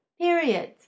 Period